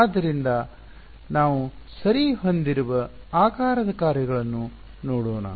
ಆದ್ದರಿಂದ ನಾವು ಸರಿ ಹೊಂದಿರುವ ಆಕಾರದ ಕಾರ್ಯಗಳನ್ನು ನೋಡೋಣ